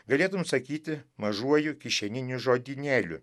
galėtum sakyti mažuoju kišeniniu žodynėliu